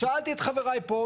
שאלתי את חבריי פה,